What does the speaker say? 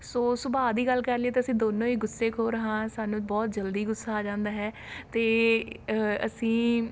ਸੋ ਸੁਭਾਅ ਦੀ ਗੱਲ ਕਰ ਲਈਏ ਤਾਂ ਅਸੀਂ ਦੋਨੋ ਹੀ ਗੁੱਸੇਖੋਰ ਹਾਂ ਸਾਨੂੰ ਬਹੁਤ ਜਲਦੀ ਗੁੱਸਾ ਆ ਜਾਂਦਾ ਹੈ ਅਤੇ ਅਸੀਂ